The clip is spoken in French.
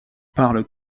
parle